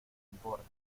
importa